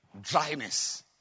dryness